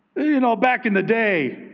you know, back in the day.